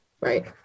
Right